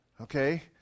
Okay